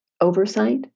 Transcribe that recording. oversight